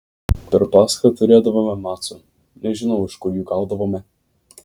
per paschą turėdavome macų nežinau iš kur jų gaudavome